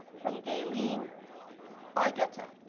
from kelin argueta